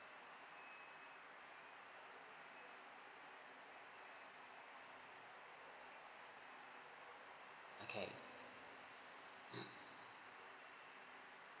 okay